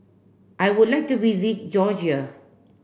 I would like to visit Georgia